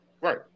Right